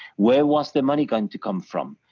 where was the money going to come from?